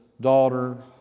daughter